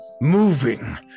moving